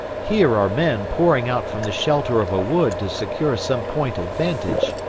here are men pouring out from the shelter of a wood to secure some point of vantage,